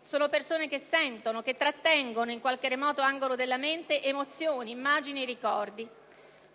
sono persone che "sentono", che trattengono, in qualche remoto angolo della mente, emozioni, immagini e ricordi.